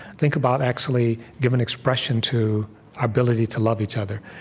think about actually giving expression to our ability to love each other.